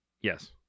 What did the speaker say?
Yes